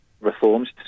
reforms